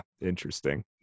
interesting